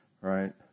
right